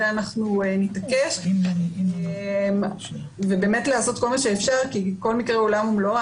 אנחנו נתעקש ובאמת לעשות כל מה שאפשר כי כל מקרה הוא עולם ומלואו.